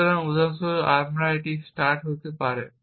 সুতরাং উদাহরণস্বরূপ এটি আমার স্টার্ট স্টেট হতে পারে